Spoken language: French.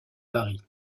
varient